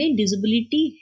disability